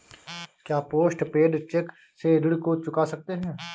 क्या post paid cheque से ऋण को चुका सकते हैं?